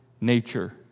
nature